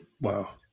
wow